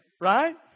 right